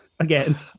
again